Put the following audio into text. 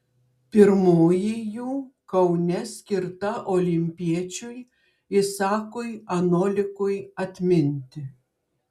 pirmoji jų kaune skirta olimpiečiui isakui anolikui atminti